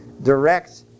Direct